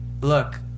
look